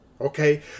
okay